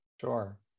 Sure